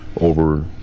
over